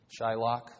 Shylock